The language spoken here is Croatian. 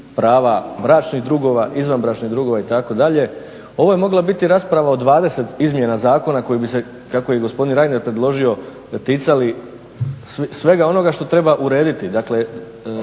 prava bračnih drugova, izvanbračnih drugova itd.. Ovo je mogla biti rasprava o 20 izmjena zakona koji bi se kako je i gospodin Reiner predložio ticali svega onoga što treba urediti. Dakle